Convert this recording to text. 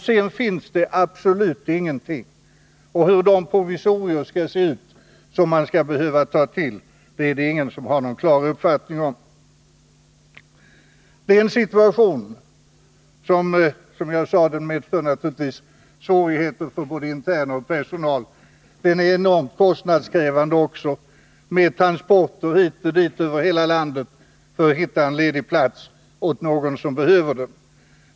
Sedan finns det absolut ingenting. Och hur de provisorier skall se ut som man skall behöva ta till är det ingen som har någon klar uppfattning om. Det är en situation som naturligtvis medför svårigheter för både interner och personal, som jag sade. Den är också enormt kostnadskrävande, med transporter hit och dit över hela landet för att hitta en ledig plats åt någon som behöver den.